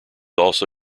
also